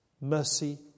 Mercy